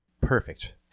Perfect